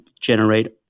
generate